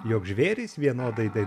juk žvėrys vienodai